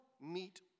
meet